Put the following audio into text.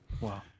Wow